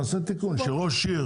בסדר, נעשה תיקון שראש עיר